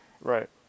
Right